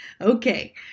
Okay